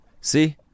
see